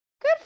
good